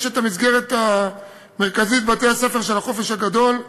יש מסגרת מרכזית: בתי-הספר של החופש הגדול.